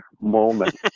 moment